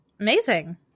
Amazing